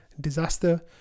disaster